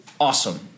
Awesome